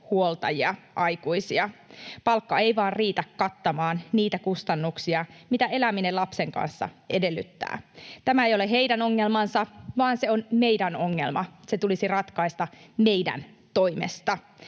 käyviä aikuisia. Palkka ei vain riitä kattamaan niitä kustannuksia, mitä eläminen lapsen kanssa edellyttää. Tämä ei ole heidän ongelmansa, vaan se on meidän ongelma, se tulisi ratkaista meidän toimesta.